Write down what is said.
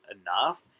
enough